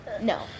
no